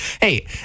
hey